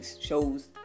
shows